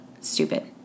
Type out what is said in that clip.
Stupid